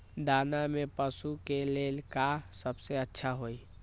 दाना में पशु के ले का सबसे अच्छा होई?